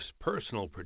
personal